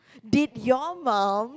did your mum